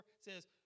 says